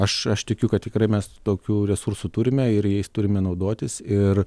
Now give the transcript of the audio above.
aš aš tikiu kad tikrai mes tokių resursų turime ir jais turime naudotis ir